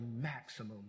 maximum